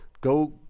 go